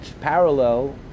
parallel